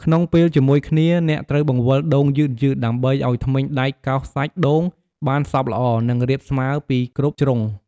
ក្នុងពេលជាមួយគ្នា អ្នកត្រូវបង្វិលដូងយឺតៗ ដើម្បីឱ្យធ្មេញដែកកោសសាច់ដូងបានសព្វល្អ និងរាបស្មើពីគ្រប់ជ្រុង។